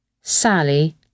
Sally